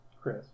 Chris